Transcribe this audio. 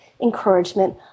encouragement